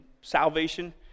salvation